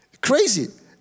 Crazy